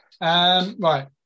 Right